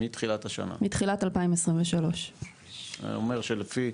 זה אומר שלפי,